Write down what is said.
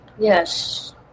Yes